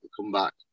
comeback